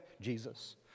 Jesus